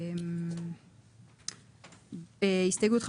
הסתייגות 57,